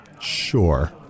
sure